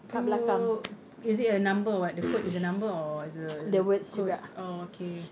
pru is it a number or what the code is a number or it's a it's a code oh okay